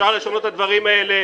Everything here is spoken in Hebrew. אפשר לשנות את הדברים האלה.